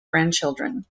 grandchildren